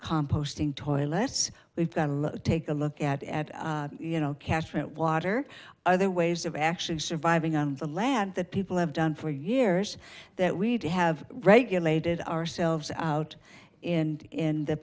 composting toilets we've got to take a look at you know catchment water other ways of actually surviving on the land that people have done for years that we'd have regulated ourselves out in in the